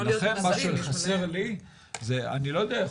מה שחסר לי זה - אני לא יודע.